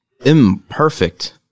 imperfect